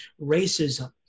racism